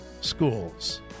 schools